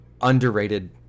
underrated